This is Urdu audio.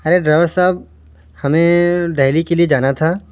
ارے ڈرائیور صاحب ہمیں دلی کے لیے جانا تھا